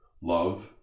love